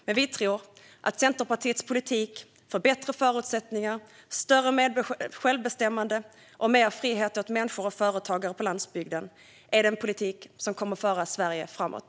Men vi tror att Centerpartiets politik för bättre förutsättningar, större självbestämmande och mer frihet åt människor och företagare på landsbygden är den politik som kommer att föra Sverige framåt.